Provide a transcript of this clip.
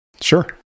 Sure